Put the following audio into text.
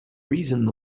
reason